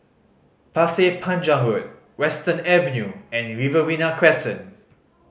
Pasir Panjang Road Western Avenue and Riverina Crescent